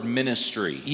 ministry